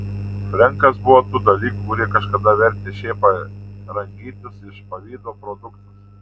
frenkas buvo tų dalykų kurie kažkada vertė šėpą rangytis iš pavydo produktas